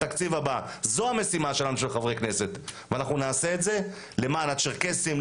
זו המשימה של חברי הכנסת ואנחנו נעשה את זה למען הצ'רקסים,